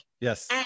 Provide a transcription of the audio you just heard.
Yes